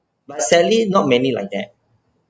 but sadly not many like that